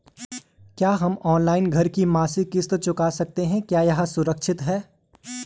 क्या हम ऑनलाइन घर की मासिक किश्त चुका सकते हैं क्या यह सुरक्षित है?